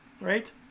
right